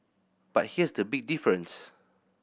but here's the big difference